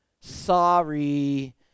sorry